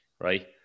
right